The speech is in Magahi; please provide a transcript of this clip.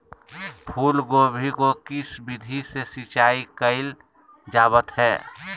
फूलगोभी को किस विधि से सिंचाई कईल जावत हैं?